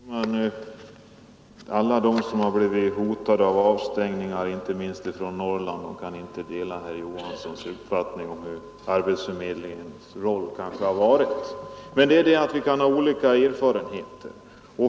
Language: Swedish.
Fru talman! Alla som har blivit hotade med avstängning, inte minst i Norrland, kan inte dela herr Johanssons uppfattning om arbetsförmedlingens roll. Men vi kan ha olika erfarenheter.